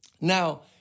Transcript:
Now